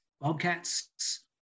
bobcats